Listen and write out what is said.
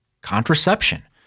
contraception